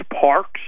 parks